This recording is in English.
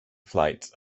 flights